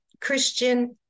Christian